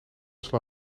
tesla